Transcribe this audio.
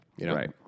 Right